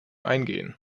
eingehen